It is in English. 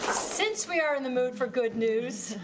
since we are in the mood for good news,